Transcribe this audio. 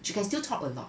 she can still talk a lot